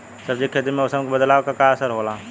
सब्जी के खेती में मौसम के बदलाव क का असर होला?